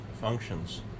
functions